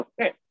Okay